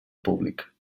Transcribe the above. públic